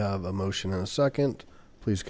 have a motion of a second please